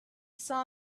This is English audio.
saw